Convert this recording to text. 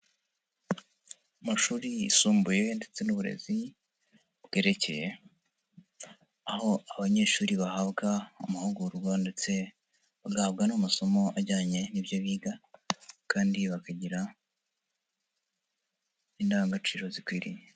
Amashuri yisumbuye ndetse n'uburezi bwerekeye aho abanyeshuri bahabwa amahugurwa ndetse bagahabwa n'amasomo ajyanye n'ibyo biga kandi bakagira indangagaciro zikwiriye.